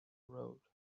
road